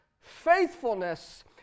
faithfulness